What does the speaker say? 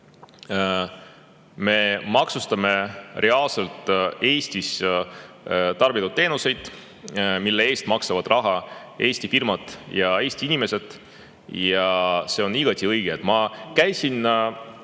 me maksustame Eestis reaalselt tarbitud teenuseid, mille eest maksavad raha Eesti firmad ja Eesti inimesed. Ja see on igati õige. Ma osalesin